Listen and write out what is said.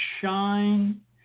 shine